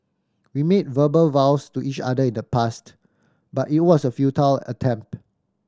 we made verbal vows to each other in the past but it was a futile attempt